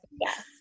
Yes